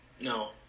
No